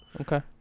Okay